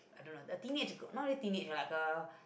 I don't know a teenage girl not really teenage like a